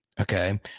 Okay